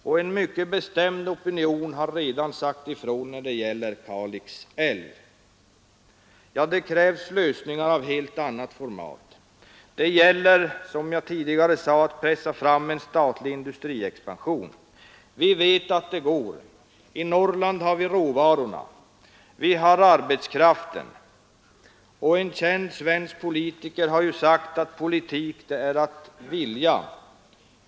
Och en mycket bestämd opinion har redan sagt ifrån när det gäller Kalix älv. Det krävs lösningar av helt annat format. Det gäller, som jag tidigare sade, att pressa fram en planmässig statlig industriexpansion. Vi vet att det går. I Norrland har vi råvarorna. Vi har arbetskraften. En känd svensk politiker har ju sagt att politik, det är att vilja.